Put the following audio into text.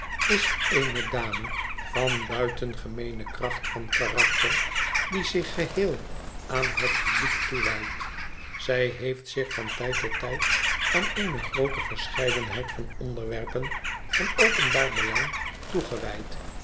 is eene dame van buitengemeene kracht van karakter die zich geheel aan het publiek toewijdt zij heeft zich van tijd tot tijd aan eene groote verscheidenheid van onderwerpen van openbaar belang toegewijd